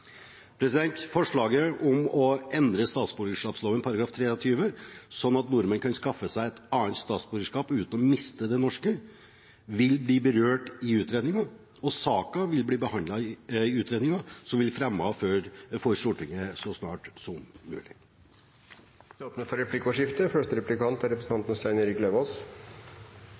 Forslaget om å endre statsborgerloven § 23, slik at nordmenn kan skaffe seg et annet statsborgerskap uten å miste det norske, vil bli berørt i utredningen, og saken vil bli behandlet i utredningen som blir fremmet for Stortinget så snart som mulig. Det blir replikkordskifte.